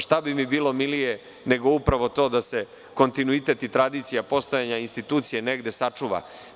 Šta bi mi bilo milije nego to da se kontinuitet i tradicija postojanja institucija negde sačuva?